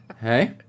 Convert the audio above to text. Hey